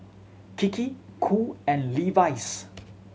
Kiki Cool and Levi's